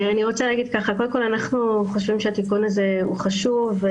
אנחנו חושבים שהתיקון הזה הוא חשוב.